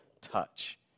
touch